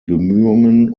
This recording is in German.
bemühungen